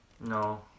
No